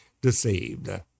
deceived